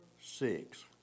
six